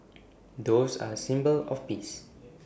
doves are A symbol of peace